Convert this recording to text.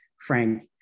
frank